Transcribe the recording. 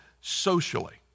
socially